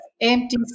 empty